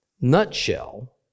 nutshell